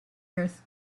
earth